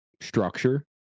structure